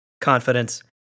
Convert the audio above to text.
confidence